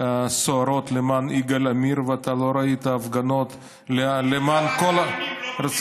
סוערות למען יגאל עמיר ואתה לא ראית הפגנות למען כל הרוצחים.